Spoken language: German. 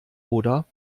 oder